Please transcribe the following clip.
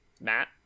Matt